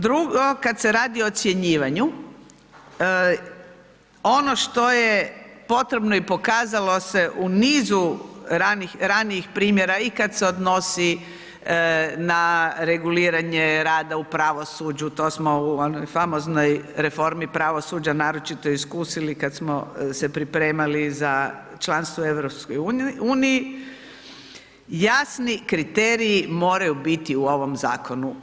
Drugo kad se radi o ocjenjivanju ono što je potrebno i pokazalo se u nizu ranijih primjera i kad se odnosi na reguliranje rada u pravosuđu to smo u onoj famoznoj reformi pravosuđa naročito iskusili kad smo se pripremali za članstvo u EU, jasni kriteriji moraju biti u ovom zakonu.